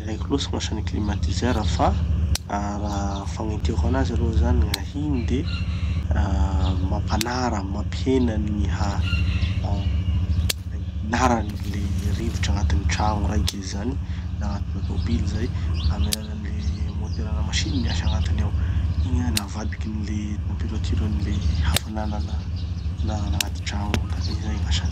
Tsy de haiko loatsy gn'asan'ny gny climatiseur fa raha fagnentiako anazy aloha zany gn'ahiny de ah mampanara mampihena ny gny ha- ah narany le rivotry agnatiny tragno raiky izy zany na agnatina tobily zay, amy alalan'ny moterana masiny miasa agnatiny ao. Igny zany avadikin'ny le température-n'ny le hafanana na ha- hanarana agnaty trano ao. Izay gn'asany.